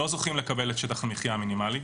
לא זוכים לקבל את שטח המחיה המינימלי.